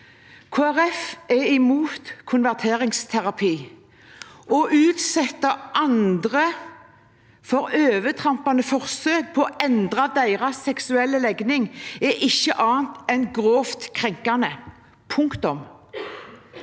er imot konverteringsterapi. Å utsette andre for overtrampende forsøk på å endre deres seksuelle legning er ikke annet enn grovt krenkende. Punktum.